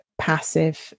passive